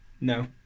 No